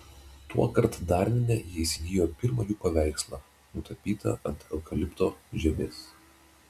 tuokart darvine ji įsigijo pirmą jų paveikslą nutapytą ant eukalipto žievės